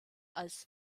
als